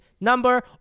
number